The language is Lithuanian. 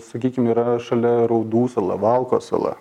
sakykim yra šalia raudų sala valkos sala